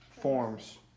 forms